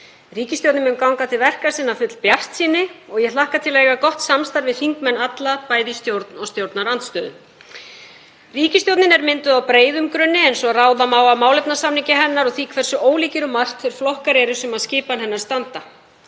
Ríkisstjórnin mun ganga til verka sinna full bjartsýni og ég hlakka til að eiga gott samstarf við þingmenn alla, bæði í stjórn og stjórnarandstöðu. Ríkisstjórnin er mynduð á breiðum grunni, eins og ráða má af málefnasamningi hennar á því hversu ólíkir um margt þeir flokkar eru sem að skipan hennar standa.